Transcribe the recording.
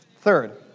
Third